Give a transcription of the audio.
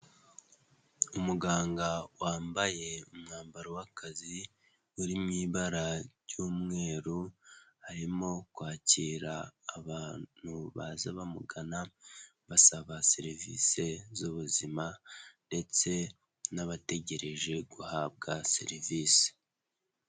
Umuganga wambaye umwambaro w'akazi, uri mu ibara ry'umweru, arimo kwakira abantu baza bamugana basaba serivisi z'ubuzima ndetse n'abategereje guhabwa serivisi.